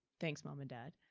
thanks mom and dad.